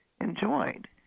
enjoyed